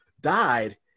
died